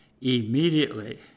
Immediately